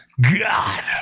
God